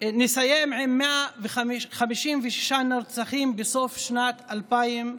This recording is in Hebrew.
נסיים עם 156 נרצחים בסוף שנת 2023,